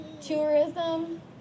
tourism